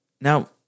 Now